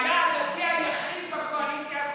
מנסור עבאס היה הדתי היחיד בקואליציה הקודמת.